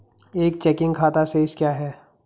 एक चेकिंग खाता शेष क्या है?